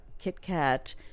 KitKat